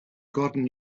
gotten